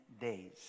days